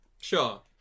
Sure